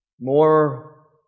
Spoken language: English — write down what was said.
more